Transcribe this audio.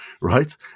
right